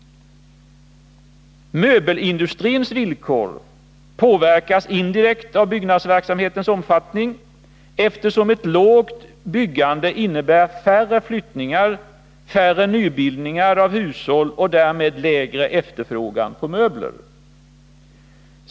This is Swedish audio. Möbelindustrins villkor påverkas indirekt av byggnadsverksamhetens omfattning, eftersom ett lågt byggande innebär färre flyttningar, färre nybildningar av hushåll och därmed lägre efterfrågan på möbler.